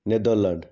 Netherlands